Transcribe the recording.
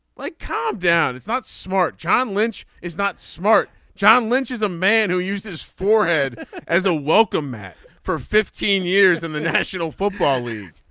like calm down. it's not smart. john lynch is not smart. john lynch is a man who used his four head as a welcome mat for fifteen years in the national football league